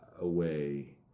away